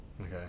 Okay